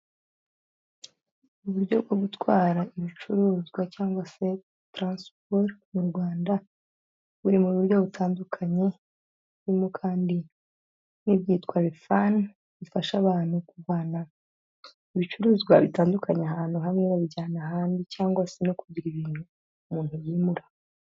Uburyo bwo gutwara ibicuruzwa cyangwa se taransipolo mu Rwanda buri mu buryo butandukanye, burimo kandi n'ibyitwa refani bifasha abantu kuvana ibicuruzwa bitandukanye ahantu hamwe babijyana ahandi, cyangwa se no kugira ibintu umuntu yimura.